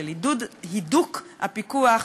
של הידוק הפיקוח,